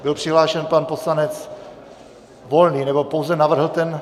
Byl přihlášen pan poslanec Volný, nebo pouze navrhl ten...